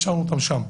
והשארנו אותם שם.